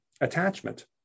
attachment